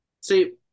See